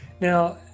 Now